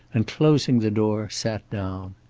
and closing the door sat down.